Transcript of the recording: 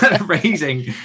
raising